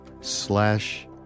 slash